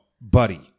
buddy